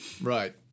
Right